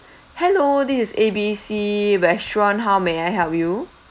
hello this is A B C restaurant how may I help you